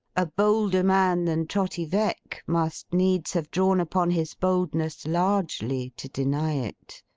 a bolder man than trotty veck must needs have drawn upon his boldness largely, to deny it.